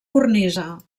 cornisa